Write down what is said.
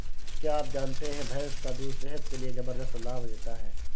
क्या आप जानते है भैंस का दूध सेहत के लिए जबरदस्त लाभ देता है?